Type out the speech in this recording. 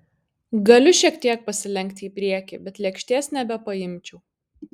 galiu šiek tiek pasilenkti į priekį bet lėkštės nebepaimčiau